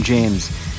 James